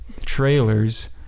trailers